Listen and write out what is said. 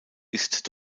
ist